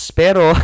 pero